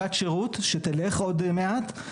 בת שירות שתלך עוד מעט,